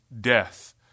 Death